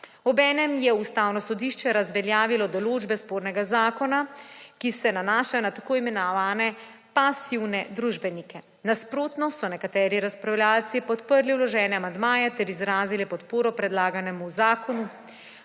Obenem je Ustavno sodišče razveljavilo določbe spornega zakona, ki se nanašajo na tako imenovane pasivne družbenike. Nasprotno so nekateri razpravljavci podprli vložene amandmaje ter izrazili podporo predlaganemu zakonu.